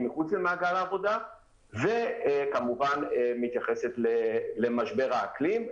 מחוץ למעגל העבודה וכמובן מתייחסת למשבר האקלים.